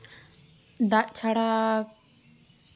ᱫᱟᱜ ᱪᱷᱟᱲᱟ